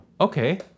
okay